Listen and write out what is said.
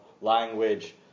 language